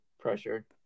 pressure